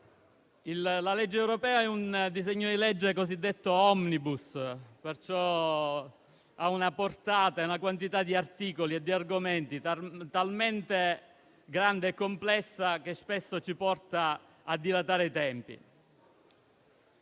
La legge europea è un provvedimento cosiddetto *omnibus*: ha, cioè, una portata, una quantità di articoli e di argomenti talmente grande e complessa che spesso ci porta a dilatare i tempi.